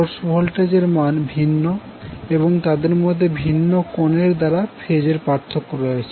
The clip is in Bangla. সোর্স ভোল্টেজের মান ভিন্ন এবং তাদের মধ্যে ভিন্ন কোনের দ্বারা ফেজের পার্থক্য রয়েছে